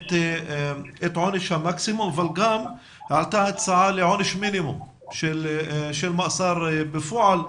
את עונש המקסימום אבל עלתה הצעה לעונש מינימום מאסר בפועל.